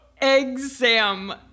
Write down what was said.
Exam